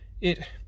It